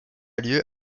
lieu